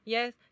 Yes